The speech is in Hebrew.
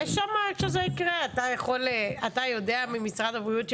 אתה תהיה שם כשזה יקרה, ממשרד הבריאות?